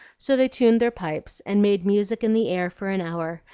so they tuned their pipes and made music in the air for an hour,